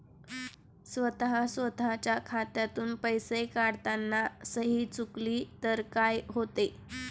स्वतः स्वतःच्या खात्यातून पैसे काढताना सही चुकली तर काय होते?